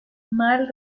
mal